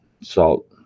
Salt